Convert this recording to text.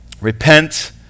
Repent